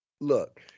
Look